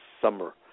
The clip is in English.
summer